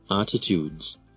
attitudes